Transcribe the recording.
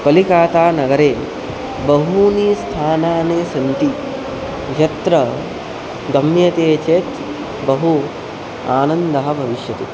कलिकातानगरे बहूनि स्थानानि सन्ति यत्र गम्यते चेत् बहु आनन्दः भविष्यति